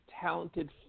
talented